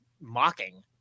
mocking